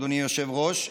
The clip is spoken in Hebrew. אדוני היושב-ראש,